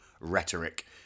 rhetoric